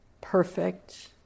perfect